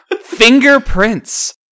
Fingerprints